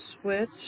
switch